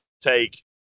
take